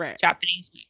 japanese